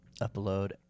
Upload